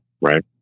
right